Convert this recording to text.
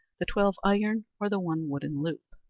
the twelve iron or the one wooden loop.